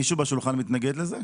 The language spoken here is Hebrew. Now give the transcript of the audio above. מישהו מסביב לשולחן מתנגד לזה?